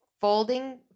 folding